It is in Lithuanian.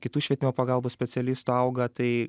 kitų švietimo pagalbos specialistų auga tai